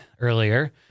Earlier